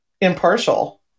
impartial